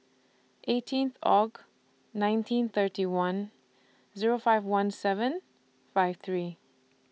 eighteen Aug nineteen thirty one Zero five one seven five three